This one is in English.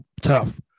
tough